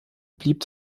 blieb